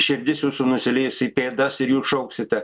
širdis jūsų nusileis į pėdas ir jūs šauksite